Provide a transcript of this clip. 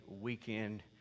weekend